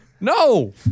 No